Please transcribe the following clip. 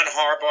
Harbaugh